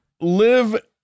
live